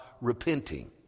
repenting